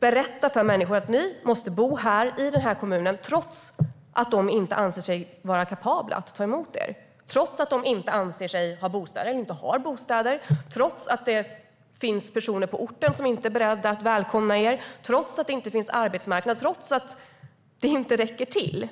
berätta för människor: Ni måste bo här, i den här kommunen - trots att den inte anser sig kapabel att ta emot er, trots att den inte har bostäder, trots att det finns personer på orten som inte är beredda att välkomna er, trots att det inte finns någon arbetsmarknad, trots att det inte räcker till.